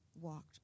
walked